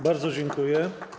Bardzo dziękuję.